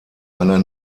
einer